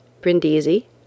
Brindisi